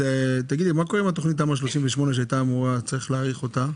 מה קורה עם תכנית תמ"א 38 שצריך להאריך אותה?